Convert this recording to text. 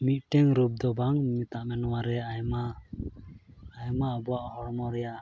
ᱢᱤᱫᱴᱮᱱ ᱨᱳᱜᱽ ᱫᱚ ᱵᱟᱝ ᱢᱮᱛᱟᱜᱢᱮ ᱱᱚᱣᱟ ᱨᱮᱭᱟᱜ ᱟᱭᱢᱟ ᱟᱭᱢᱟ ᱟᱵᱚᱣᱟᱜ ᱦᱚᱲᱢᱚ ᱨᱮᱭᱟᱜ